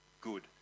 good